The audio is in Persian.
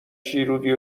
شیرودی